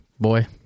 boy